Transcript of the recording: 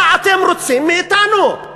מה אתם רוצים מאתנו,